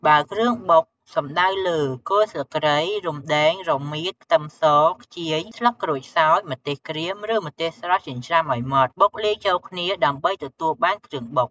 បើគ្រឿងបុកសំដៅលើ គល់ស្លឹកគ្រៃ រំដេង រមៀត ខ្ទឹមស ខ្ជាយ ស្លឹកក្រូចសើច ម្ទេសក្រៀម ឬម្ទេសស្រស់ (ចិញ្ច្រាំឲ្យម៉ត់) បុកលាយចូលគ្នាដើម្បីទទួលបានគ្រឿងបុក។